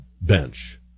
bench